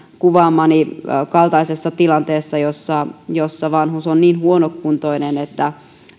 kuvaamani kaltaisessa tilanteessa jossa jossa vanhus on niin huonokuntoinen että